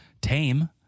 Tame